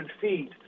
feet